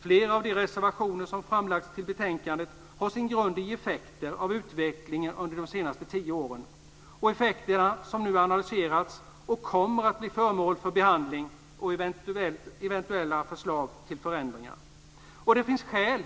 Flera av de reservationer som framlagts till betänkandet har sin grund i effekter av utvecklingen under de senaste tio åren. Det är effekter som nu analyserats och som kommer att bli föremål för behandling och eventuella förslag till förändringar. Det finns skäl